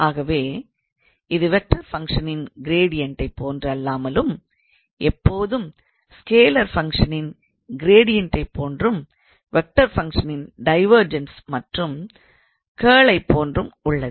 ஆகவே இது வெக்டார் ஃபங்க்ஷனின் க்ரேடியன்ட்டை போன்று அல்லாமலும் எப்பொழுதும் ஸ்கேலார் ஃபங்க்ஷனின் க்ரேடியன்ட்டை போன்றும் வெக்டார் ஃபங்க்ஷனின் டைவெர்ஜன்ஸ் மற்றும் கர்லைப் போன்றும் உள்ளது